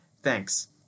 Thanks